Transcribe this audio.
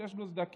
שיש בו סדקים,